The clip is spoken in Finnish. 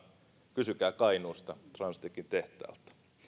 kysykää kainuusta transtechin tehtaalta